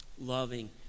loving